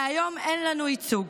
מהיום אין לנו ייצוג.